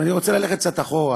ואני רוצה ללכת קצת אחורה,